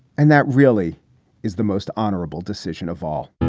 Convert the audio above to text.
and that really is the most honorable decision of all